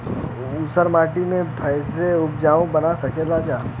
ऊसर माटी के फैसे उपजाऊ बना सकेला जा?